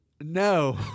No